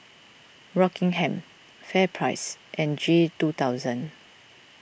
Rockingham FairPrice and G two thousand